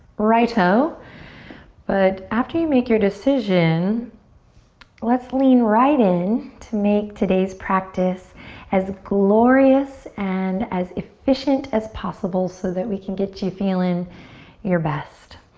right-o. but after you make your decision let's lean right in to make today's practice as glorious and as efficient as possible so that we can get you feelin' your best.